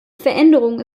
veränderung